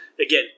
again